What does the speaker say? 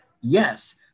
Yes